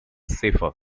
shafer